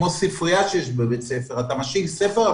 כמו ספרייה שיש בבית ספר אתה משאיל ספר,